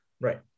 Right